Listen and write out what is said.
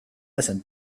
listen